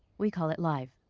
we call it life.